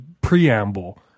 preamble